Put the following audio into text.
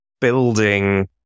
building